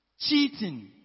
cheating